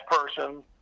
person